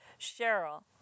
Cheryl